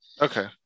Okay